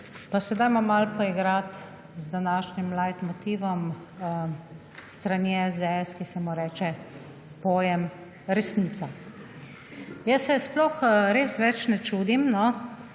Pa se dajmo malo poigrati z današnjim lajtmotivom s strani SDS, ki se mu reče pojem resnica. Jaz se sploh res več ne čudim,